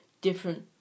different